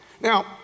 Now